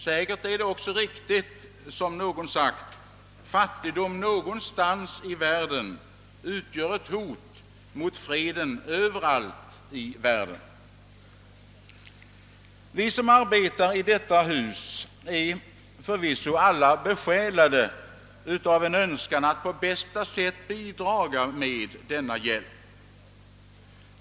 Säkert är det också riktigt som någon sagt, att »fattigdom någonstans i världen utgör ett hot mot freden överallt i världen». Vi som arbetar i detta hus är förvisso alla besjälade av en önskan att på bästa sätt bidra till denna hjälp.